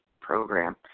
program